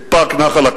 את פארק נחל-קישון,